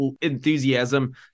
enthusiasm